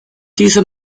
diese